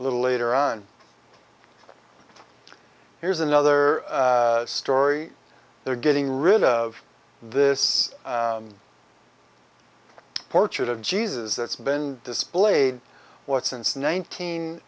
a little later on here's another story they're getting rid of this portrait of jesus that's been displayed what since nineteen